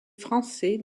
français